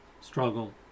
struggle